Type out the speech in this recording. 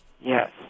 Yes